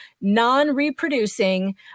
non-reproducing